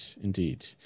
indeed